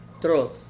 truth